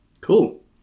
Cool